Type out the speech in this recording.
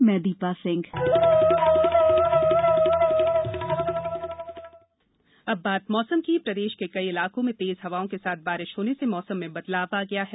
मौसम प्रदेश के कई इलाकों में तेज हवाओं के साथ बारिश होने से मौसम में बदलाव आ गया है